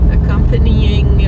Accompanying